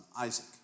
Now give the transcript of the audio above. Isaac